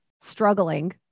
struggling